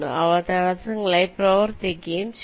അവർ തടസ്സങ്ങളായി പ്രവർത്തിക്കുകയും ചെയ്യും